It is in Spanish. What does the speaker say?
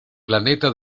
planeta